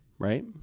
Right